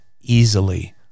easily